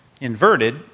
inverted